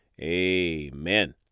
Amen